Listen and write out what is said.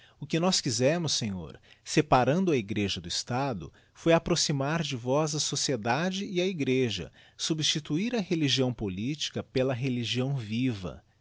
o que nós quizemos senhor separando a egreja do estado foi approximar de vós a sociedade e a egreja substituir a religião politica pela religião viva